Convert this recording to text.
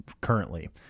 currently